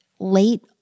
Late